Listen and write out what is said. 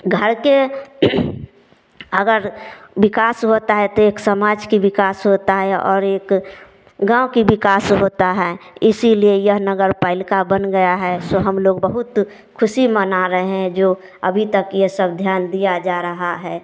घर के अगर विकास होता है तो एक समाज के विकास होता है और एक गाँव के विकास होता है इसीलिए यह नगर पालिका बन गया है सो हम लोग बहुत खुशी मना रहे हैं जो अभी तक ये सब ध्यान दिया जा रहा है